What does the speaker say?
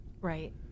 Right